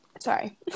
sorry